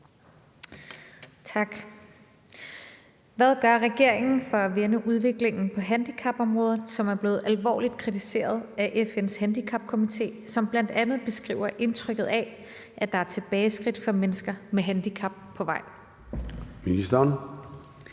Tak. Hvad gør regeringen for at vende udviklingen på handicapområdet, som er blevet alvorligt kritiseret af FN's Handicapkomité, som bl.a. beskriver indtrykket af, at der er tilbageskridt for mennesker med handicap på vej? Kl.